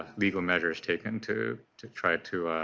legal measures taken to to try to